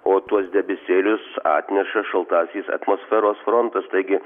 o tuos debesėlius atneša šaltasis atmosferos frontas taigi